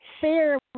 fair